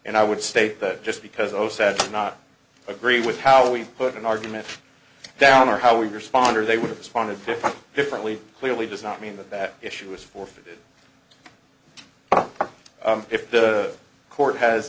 and i would state that just because those said not agree with how we put an argument down or how we respond or they would respond a different differently clearly does not mean that that issue is forfeited but if the court has